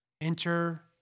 enter